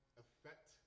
affect